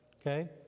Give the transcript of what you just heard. Okay